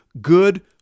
good